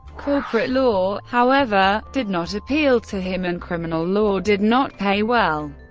corporate law, however, did not appeal to him and criminal law did not pay well.